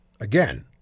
again